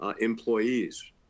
employees